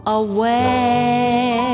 away